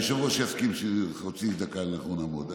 היושב-ראש יסכים שחצי דקה אנחנו לא נעמוד.